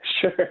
Sure